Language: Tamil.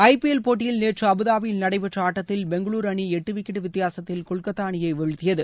ஐ பி எல் போட்டியில் நேற்று அபுதாபியில் நடைபெற்ற ஆட்டத்தில் பெங்களுர் அணி எட்டு விக்கெட் வித்தியாசத்தில் கொல்கத்தா அணியை வீழ்த்தியது